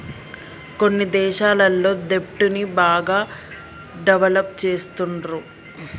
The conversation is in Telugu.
కొన్ని దేశాలల్ల దెబ్ట్ ని బాగా డెవలప్ చేస్తుండ్రు